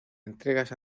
entregas